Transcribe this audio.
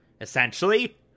essentially